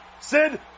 Sid